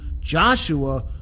Joshua